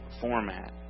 format